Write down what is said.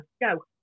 go